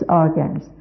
organs